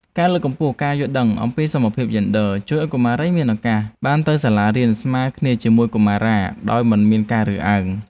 ការលើកកម្ពស់ការយល់ដឹងអំពីសមភាពយេនឌ័រ ជួយឱ្យកុមារីមានឱកាសបានទៅសាលារៀនស្មើគ្នាជាមួយកុមារាដោយមិនមានការរើសអើង។